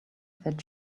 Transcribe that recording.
that